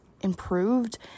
improved